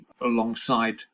alongside